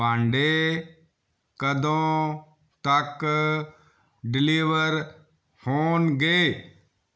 ਭਾਂਡੇ ਕਦੋਂ ਤੱਕ ਡਿਲੀਵਰ ਹੋਣਗੇ